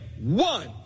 one